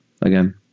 again